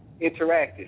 interactive